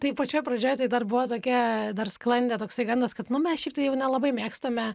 tai pačioje pradžioje tai dar buvo tokia dar sklandė toksai gandas kad nu mes šiaip tai jau nelabai mėgstame